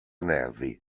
nervi